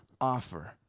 offer